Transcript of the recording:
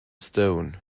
stone